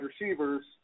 receivers